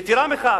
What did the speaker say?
יתירה מכך,